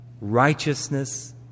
righteousness